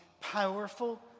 powerful